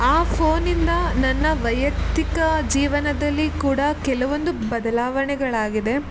ಆ ಫೋನಿಂದ ನನ್ನ ವೈಯಕ್ತಿಕ ಜೀವನದಲ್ಲಿ ಕೂಡ ಕೆಲವೊಂದು ಬದಲಾವಣೆಗಳಾಗಿದೆ